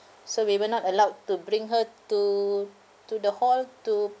so we were not allowed to bring her to to the hall